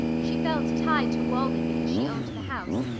she felt tied to walden because she owned the house,